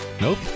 Nope